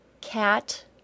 cat